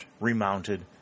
remounted